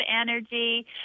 energy